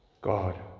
God